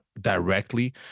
directly